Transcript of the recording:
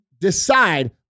decide